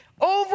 over